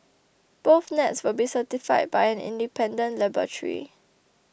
both nets will be certified by an independent laboratory